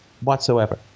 whatsoever